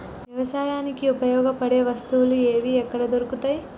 వ్యవసాయానికి ఉపయోగపడే వస్తువులు ఏవి ఎక్కడ దొరుకుతాయి?